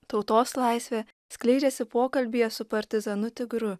tautos laisvė skleidžiasi pokalbyje su partizanu tigru